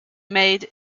made